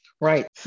Right